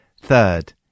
Third